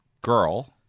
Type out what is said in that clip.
girl